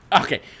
okay